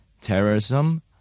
Terrorism